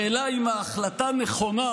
השאלה היא אם ההחלטה נכונה,